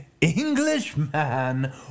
Englishman